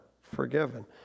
forgiven